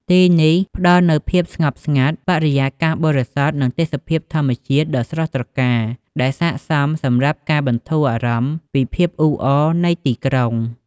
ទីនេះផ្ដល់នូវភាពស្ងប់ស្ងាត់ បរិយាកាសបរិសុទ្ធ និងទេសភាពធម្មជាតិដ៏ស្រស់ត្រកាល ដែលស័ក្តិសមសម្រាប់ការបន្ធូរអារម្មណ៍ពីភាពអ៊ូអរនៃទីក្រុង។